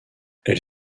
elle